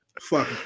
Fuck